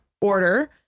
order